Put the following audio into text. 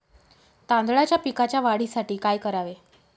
तांदळाच्या पिकाच्या वाढीसाठी काय करावे?